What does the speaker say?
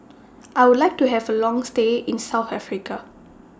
I Would like to Have A Long stay in South Africa